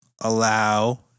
allow